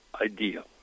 idea